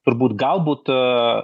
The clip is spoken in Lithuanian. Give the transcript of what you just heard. turbūt gal būt u